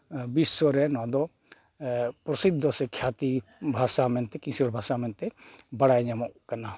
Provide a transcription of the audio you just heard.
ᱵᱤᱥᱥᱚ ᱨᱮ ᱱᱚᱣᱟ ᱫᱚ ᱯᱨᱚᱥᱤᱫᱽᱫᱚ ᱥᱮ ᱠᱷᱮᱛᱤ ᱵᱷᱟᱥᱟ ᱢᱮᱱᱛᱮᱫ ᱠᱤᱥᱟᱹᱬ ᱵᱷᱟᱥᱟ ᱢᱮᱱᱛᱮᱫ ᱵᱟᱲᱟᱭ ᱧᱟᱢᱚᱜ ᱠᱟᱱᱟ